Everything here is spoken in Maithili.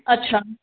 अच्छा